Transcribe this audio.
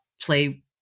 play